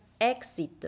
exit